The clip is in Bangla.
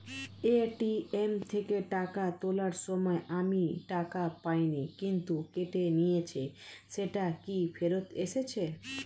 এ.টি.এম থেকে টাকা তোলার সময় আমি টাকা পাইনি কিন্তু কেটে নিয়েছে সেটা কি ফেরত এসেছে?